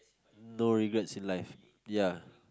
no regrets in life ya